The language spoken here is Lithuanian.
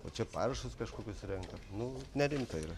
o čia parašus kažkokius renka nu nerimta yra